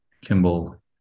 Kimball